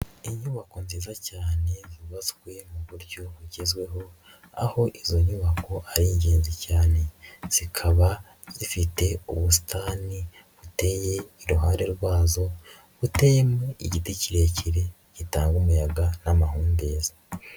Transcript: Ni inyubako nziza cyane yubatswe mu buryo bugezweho aho izo nyubako ari ingenzi cyane zikaba zifite ubusitani buteye iruhare rwazo, buteyemo igiti kirekire gitanga umuyaga n'amahumbezi.